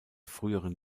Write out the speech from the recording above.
früheren